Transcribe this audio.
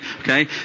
okay